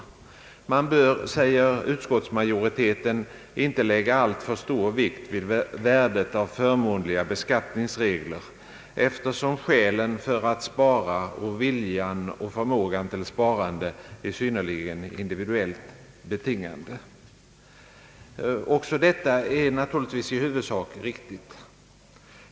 Utskottsmajoriteten anför vidare »att man inte bör lägga alltför stor vikt vid värdet av förmånliga beskattningsregler för att stimulera sparandet, eftersom skälen för samt viljan och förmågan till sparande är synnerligen individuellt betingade.» Också detta är naturligtvis i huvudsak riktigt.